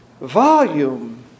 volume